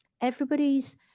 everybody's